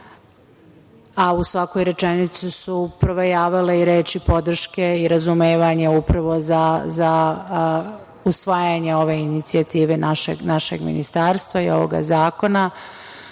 a u svakoj rečenici su provejavale i reči podrške i razumevanje upravo za usvajanje ove inicijative našeg ministarstva i ovog zakona. Vi